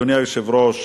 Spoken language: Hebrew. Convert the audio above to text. אדוני היושב-ראש,